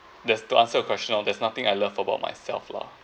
there's to answer your question on there's nothing I love about myself lah